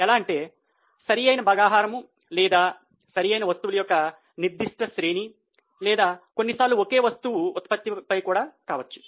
ఎలా అంటే సరైన భాగాహారం లేదా సరియైన వస్తువుల యొక్క నిర్దిష్ట శ్రేణి లేదా కొన్నిసార్లు ఒకే వస్తువు ఉత్పత్తిపై కావచ్చు